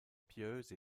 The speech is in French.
pieuse